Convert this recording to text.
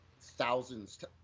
thousands